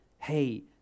Hey